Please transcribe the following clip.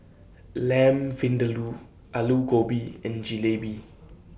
Lamb Vindaloo Alu Gobi and Jalebi